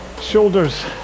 shoulders